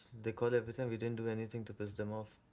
they call every time, we didn't do anything to piss them off.